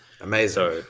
Amazing